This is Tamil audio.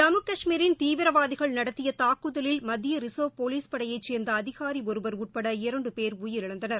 ஜம்மு கஷ்மீரின் தீவிரவாதிகள் நடத்தியதாக்குதலில் மத்தியரின்வ் போலீஸ் படையைசேர்ந்த அதிகாரிஒருவர் உட்பட இரண்டுபேர் உயிரிழந்தனர்